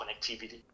connectivity